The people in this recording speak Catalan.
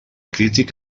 crític